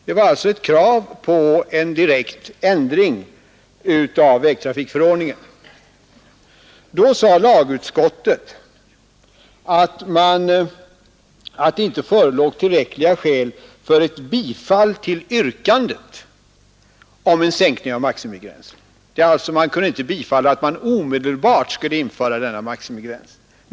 Det var alltså ett direkt krav på en ändring av vägtrafikförordningen. Då uttalade lagutskottet att det inte förelåg tillräckliga skäl för ett bifall till yrkandet om en sänkning av maximigränsen; utskottet kunde alltså inte bifalla kravet att omedelbart införa denna maximigräns.